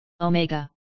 Omega